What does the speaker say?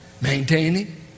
maintaining